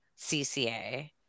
CCA